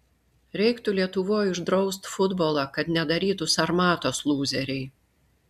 reiktų lietuvoj uždraust futbolą kad nedarytų sarmatos lūzeriai